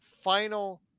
final